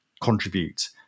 contribute